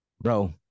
bro